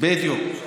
בדיוק.